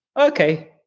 okay